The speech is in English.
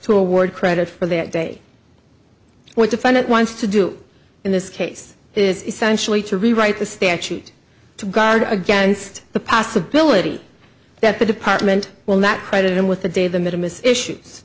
to award credit for that day what defendant wants to do in this case is essentially to rewrite the statute to guard against the possibility that the department will not credit him with the day the middlemiss issues